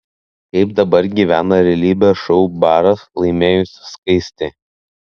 kaip dabar gyvena realybės šou baras laimėjusi skaistė